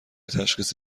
تشخیص